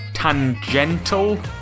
tangential